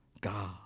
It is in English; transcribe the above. God